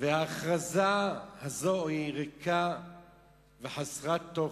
היא מוחלטת, וההכרזה הזאת היא ריקה וחסרת תוכן.